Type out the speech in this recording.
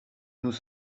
nous